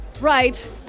Right